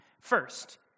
First